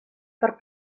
per